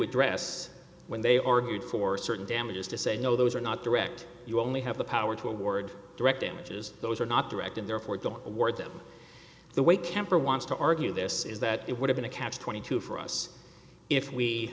address when they argued for certain damages to say no those are not direct you only have the power to award direct images those are not direct and therefore don't award them the way kemper wants to argue this is that it would've been a catch twenty two for us if we